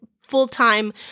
full-time